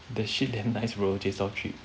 that shit damn nice bro J-style trip